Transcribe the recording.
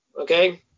Okay